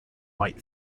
might